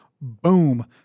Boom